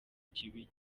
kibi